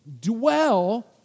dwell